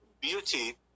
beauty